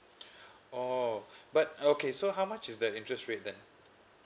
orh but okay so how much is the interest rate then